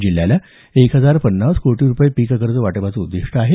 जिल्ह्याला एक हजार पन्नास कोटी रुपये पीककर्ज वाटपाचं उद्दिष्ट आहे